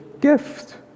gift